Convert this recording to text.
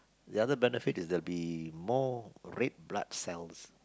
the other benefit is that there'll be more red blood cell